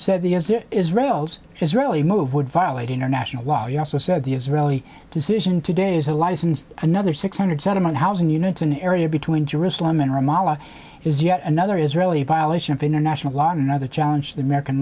said the as it israel's israeli move would violate international law you also said the israeli decision today is a license another six hundred settlement housing units an area between jerusalem and ramallah is yet another israeli phylicia of international law another challenge the american